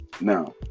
now